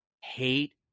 hate